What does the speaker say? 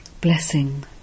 Blessing